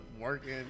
Working